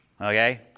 Okay